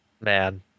man